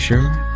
sure